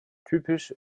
typisch